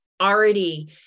already